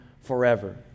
forever